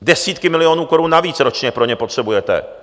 Desítky milionů korun navíc ročně pro ně potřebujete.